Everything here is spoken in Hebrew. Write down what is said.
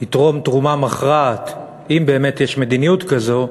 יתרום תרומה מכרעת, אם באמת יש מדיניות כזאת,